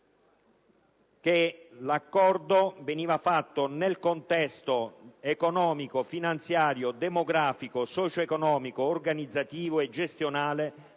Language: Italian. nell'accordo a quel contesto economico, finanziario, demografico, socio economico, organizzativo e gestionale